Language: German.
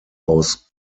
aus